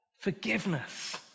forgiveness